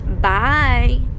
Bye